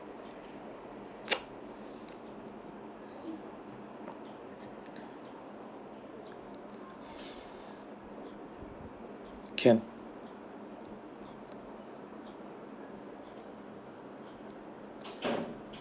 can